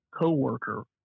coworker